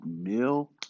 Mill